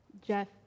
Jeff